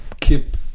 keep